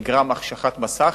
תהיה החשכת מסך,